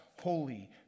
holy